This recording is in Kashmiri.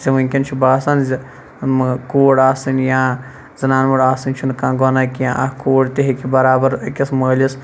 وٕنکٮ۪ن چھُ باسان زِ کوٗر آسٕنۍ یا زَنان موٚڑ آسٕنۍ چھُ نہٕ کانٛہہ گۄناہ کینٛہہ اکھ کوٗر تہِ ہیٚکہِ بَرابَر أکِس مٲلِس